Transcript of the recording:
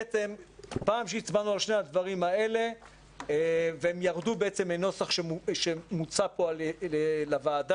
ברגע שהצבענו על שני הדברים האלה והם ירדו מהנוסח שמוצע פה לוועדה,